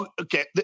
okay